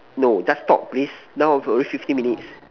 no just talk please now already fifteen minutes